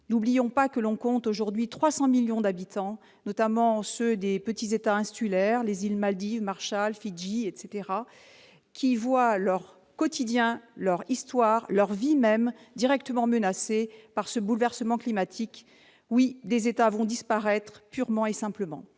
N'oublions pas qu'aujourd'hui 300 millions de personnes, notamment les habitants des petits États insulaires- les îles Maldives, Marshall, Fidji ...-, voient leur quotidien, leur histoire, leur vie même directement menacés par ce bouleversement climatique. Oui, des États vont purement et simplement